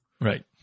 Right